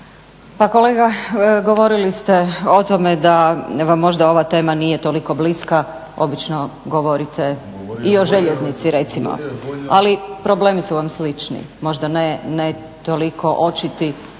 Pa kolega govorili ste o tome da vam možda ova tema nije toliko bliska obično govorite i o željeznici recimo ali problemi su vam slični, možda ne toliko očiti